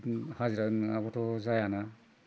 हाजिरा नङाब्लाथ' जायाना